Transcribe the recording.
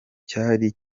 cyari